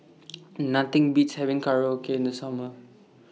Nothing Beats having Korokke in The Summer